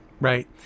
right